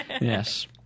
Yes